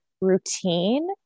routine